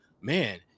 Man